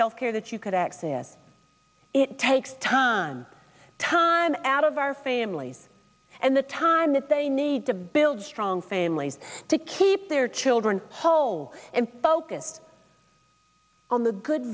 health care that you could access it takes time time out of our families and the time that they need to build strong families to keep their children whole and focused on the good